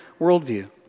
worldview